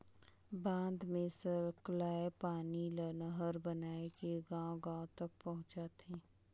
बांध मे सकलाए पानी ल नहर बनाए के गांव गांव तक पहुंचाथें